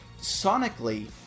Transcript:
sonically